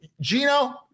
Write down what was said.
Gino